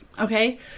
Okay